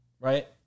Right